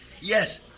Yes